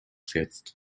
средств